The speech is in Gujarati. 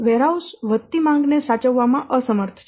વેરહાઉસ વધતી માંગ ને સાચવવામાં અસમર્થ છે